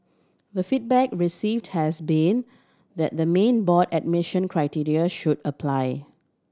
the feedback received has been that the main board admission criteria should apply